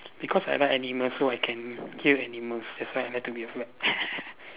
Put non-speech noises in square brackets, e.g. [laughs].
because I like animals so I can cure animals that's why I like to be a vet [laughs]